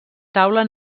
taula